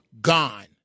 gone